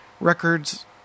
records